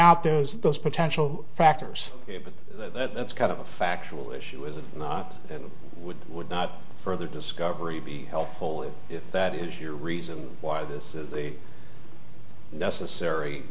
out those those potential factors but that's kind of a factual issue is it not would would not further discovery be helpful if that is your reason why this is a necessary